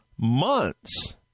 months